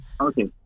Okay